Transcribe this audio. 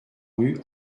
rue